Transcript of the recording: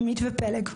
עמית ופלג.